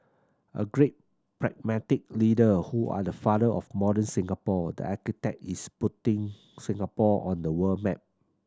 a great pragmatic leader who are the father of modern Singapore the architect is putting Singapore on the world map